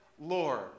lord